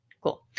Cool